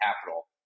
capital